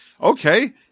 okay